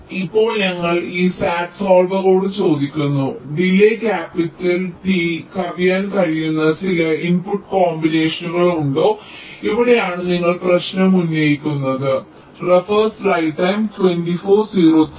ഇപ്പോൾ ഞങ്ങൾ ഈ SAT സോൾവറോട് ചോദിക്കുന്നു ഡിലേയ് ക്യാപിറ്റൽ t കവിയാൻ കഴിയുന്ന ചില ഇൻപുട്ട് കോമ്പിനേഷനുകൾ ഉണ്ടോ ഇവിടെയാണ് നിങ്ങൾ പ്രശ്നം ഉന്നയിക്കുന്നത് ശരിയാണ്